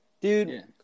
dude